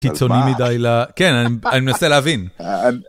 קיצוני מדי ל.. כן אני מנסה להבין.